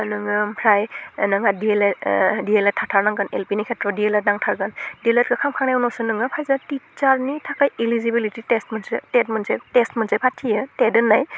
नोङो ओमफ्राय जेनबा डिएलएड डिएलएड थाथारनांगोन एलपिनि खेथ्रआव डिएलएड नांथारगोन डिएलएडखौ खामखांनायनि उनावसो नोङो फायसा टिसारनि थाखाय इलिजिबोलिटि टेस्ट मोनसे टेट मोनसे टेस्ट मोनसे फाथियो टेट होननाय